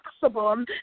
possible